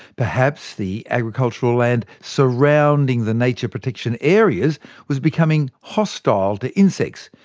perhaps the agricultural land surrounding the nature protection areas was becoming hostile to insects,